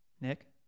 Nick